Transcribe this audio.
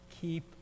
keep